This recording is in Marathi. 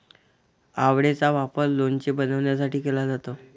आवळेचा वापर लोणचे बनवण्यासाठी केला जातो